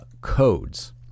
codes